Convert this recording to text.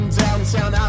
downtown